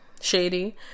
shady